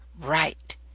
Right